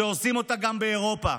שעושים אותה גם באירופה.